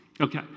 Okay